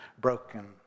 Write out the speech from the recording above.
Broken